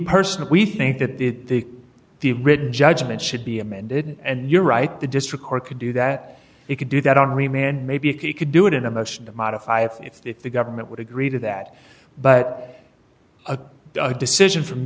personally think that the the written judgment should be amended and you're right the district court could do that it could do that henri man maybe he could do it in a motion to modify it if the government would agree to that but a decision from